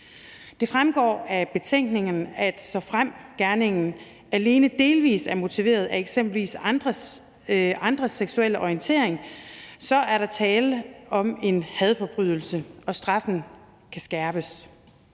Det fremgår af lovbemærkningerne, at såfremt gerningen alene delvis er motiveret af eksempelvis andres seksuelle orientering, er der tale om en hadforbrydelse, og straffen kan skærpes.